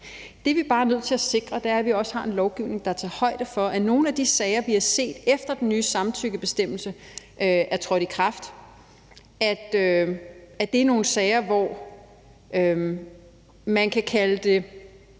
Det, vi bare er nødt til at sikre, er, at vi også har en lovgivning, der tager højde for nogle af de sager, vi har set, efter den nye samtykkebestemmelse er trådt i kraft. Det er sager, hvor man ikke var vel